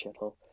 shithole